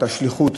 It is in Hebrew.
את השליחות,